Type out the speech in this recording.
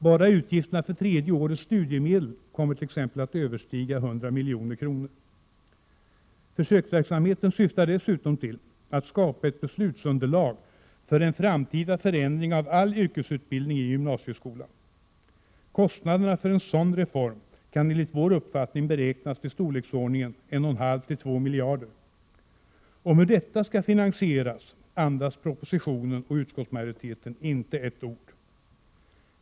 Bara utgifterna för tredje årets studiemedel kommer t.ex. att överstiga 100 milj.kr. Försöksverksamheten syftar dessutom till att skapa ett beslutsunderlag för en framtida förändring av all yrkesutbildning i gymnasieskolan. Kostnaderna för en sådan reform kan enligt vår uppfattning beräknas till storleksordningen 1,5-2 miljarder. Om hur detta skall finansieras andas proposition och utskottsmajoritet inte ett ord.